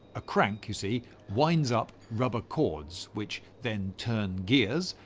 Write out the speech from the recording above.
a crank you see winds up rubber cords, which then turned gears,